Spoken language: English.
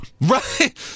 Right